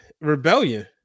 rebellion